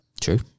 True